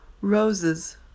roses